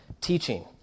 teaching